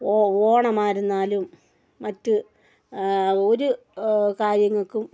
ഓ ഓണമായിരുന്നാലും മറ്റ് ഒരു കാര്യങ്ങൾക്കും